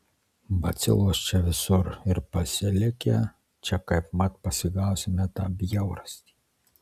bacilos čia visur ir pasilikę čia kaip mat pasigausime tą bjaurastį